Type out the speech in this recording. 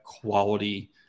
quality